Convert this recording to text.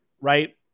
right